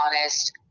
honest